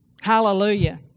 Hallelujah